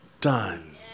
done